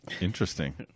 interesting